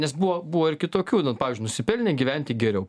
nes buvo buvo ir kitokių nu pavyzdžiui nusipelnė gyventi geriau